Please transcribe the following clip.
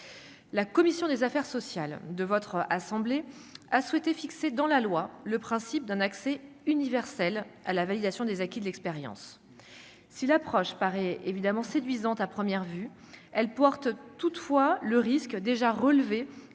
La commission des affaires sociales de votre assemblée a souhaité fixer dans la loi le principe d'un accès universel à la validation des acquis de l'expérience si l'approche paraît évidemment séduisante à première vue, elle porte toutefois le risque déjà par